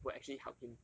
will actually help him